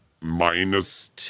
Minus